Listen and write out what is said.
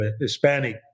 Hispanic